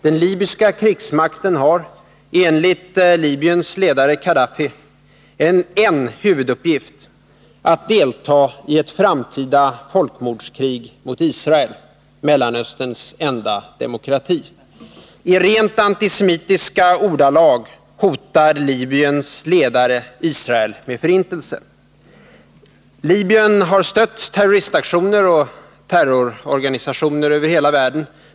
Den libyska krigsmakten har — enligt Libyens ledare Kadaffi — en huvuduppgift: att delta i ett framtida folkmordskrig mot Israel, Mellanösterns enda demokrati. I rent antisemitiska ordalag hotar Libyens ledare Israel med förintelse. Libyen har stött terroristaktioner och terrororganisationer över hela världen.